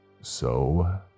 So